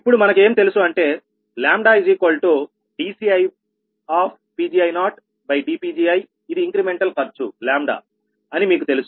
ఇప్పుడు మనకు ఏం తెలుసు అంటే λdCiPgi0dPgiఇది ఇంక్రెమెంటల్ ఖర్చు అని మీకు తెలుసు